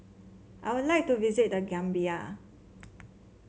I would like to visit The Gambia